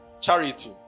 Charity